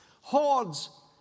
Hordes